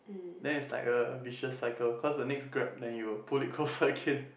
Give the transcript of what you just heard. then it's like a vicious cycle cause the next grab then you will pull it closer again